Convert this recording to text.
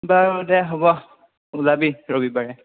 বাৰু দে হ'ব ওলাবি ৰবিবাৰে